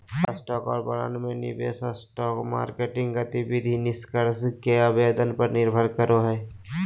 stock और bond में निवेश स्टॉक मार्केट गतिविधि निष्कर्ष के आवेदन पर निर्भर करो हइ